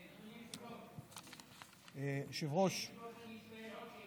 אדוני היושב-ראש, אני שואל עוד שאלה.